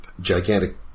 gigantic